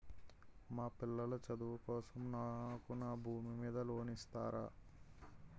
మా పిల్లల చదువు కోసం నాకు నా భూమి మీద లోన్ ఇస్తారా?